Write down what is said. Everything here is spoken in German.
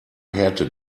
härte